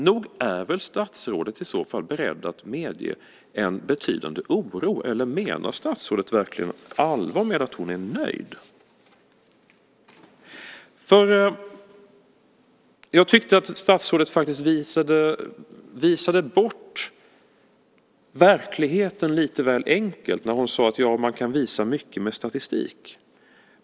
Nog är väl statsrådet i så fall beredd att medge en betydande oro, eller menar statsrådet verkligen allvar med att hon är nöjd? Jag tyckte att statsrådet visade bort verkligheten lite väl enkelt när hon sade: Ja, man kan visa mycket med statistik.